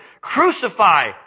Crucify